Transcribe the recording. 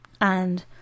And